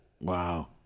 Wow